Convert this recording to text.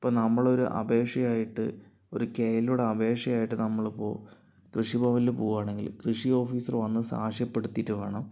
ഇപ്പോൾ നമ്മൾ ഒരു അപേക്ഷയുമായിട്ട് കെ എൽ യുയുടെ അപേക്ഷയുമായിട്ട് നമ്മളിപ്പോൾ കൃഷിഭവനിൽ പോവുകയാണെങ്കിൽ കൃഷി ഓഫീസർ വന്ന് സാക്ഷ്യപ്പെടുത്തിയിട്ട് വേണം